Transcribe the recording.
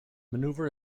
maneuver